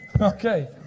Okay